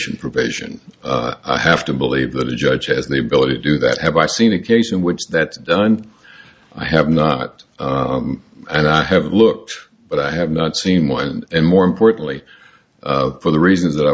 provision i have to believe that the judge has the ability to do that have i seen a case in which that's done i have not and i have looked but i have not seen one and more importantly for the reasons that i